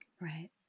Right